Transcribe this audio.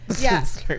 Yes